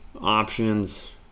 options